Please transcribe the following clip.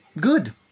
good